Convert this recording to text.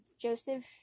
Joseph